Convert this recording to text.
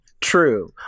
True